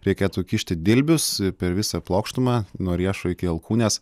reikėtų kišti dilbius per visą plokštumą nuo riešo iki alkūnės